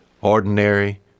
ordinary